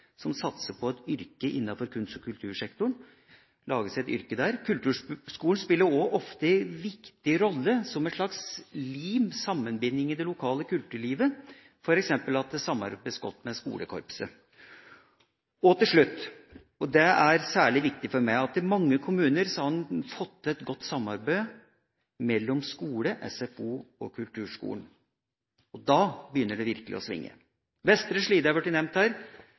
som satser på et yrke innenfor kunst- og kultursektoren. Kulturskolen spiller ofte også en viktig rolle som et slags lim, en sammenbinding, i det lokale kulturlivet, f.eks. samarbeides det godt med skolekorpset. Og til slutt, og det er særlig viktig for meg: I mange kommuner har en fått til et godt samarbeid mellom skole, SFO og kulturskolen, og da begynner det virkelig å svinge. Vestre Slidre har vært nevnt her,